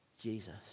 Jesus